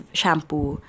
shampoo